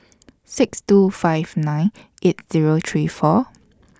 six two five nine eight Zero three four